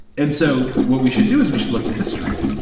and so what we should do is we should look to history,